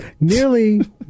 Nearly